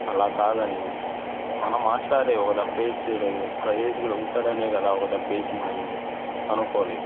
అలా కాదని మన మాస్టార్ ఒక దెబ్బ వేసాడు ప్రయోజకుడు అవుతాడు అనే కదా ఒక దెబ్బ వేసింది అని అనుకోలేదు